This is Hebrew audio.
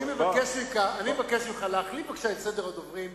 אני מבקש ממך להחליף בבקשה את סדר הדוברים,